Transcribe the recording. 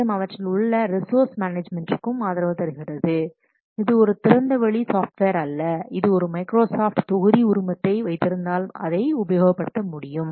மேலும் அவற்றில் உள்ள ரிசோர்ஸ் மேனேஜ்மென்டிற்கும் ஆதரவு தருகிறது இது ஒரு திறந்த வெளி சாஃப்ட்வேர் அல்ல இது மைக்ரோசாப்ட் தொகுதி உரிமத்தை வைத்திருந்தால் அதை உபயோகப்படுத்த முடியும்